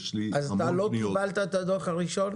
יש לי המון פניות --- לא קיבלת את הדוח הראשון?